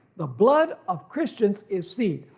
the blood of christians is seed.